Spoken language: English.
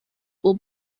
will